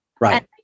Right